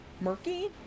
murky